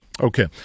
Okay